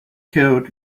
could